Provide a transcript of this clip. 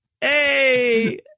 Hey